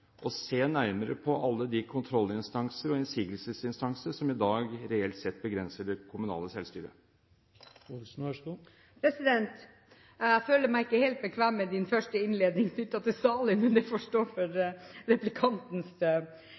å se nærmere på alle de kontrollinstanser og innsigelsesinstanser som i dag reelt sett begrenser det kommunale selvstyret? Jeg føler meg ikke helt bekvem med innledningen knyttet til Stalin, det får stå for